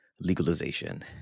legalization